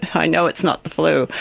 i know it's not the flu,